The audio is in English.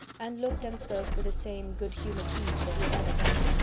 and looked and spoke with the same good-humoured ease that he had ever done.